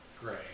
gray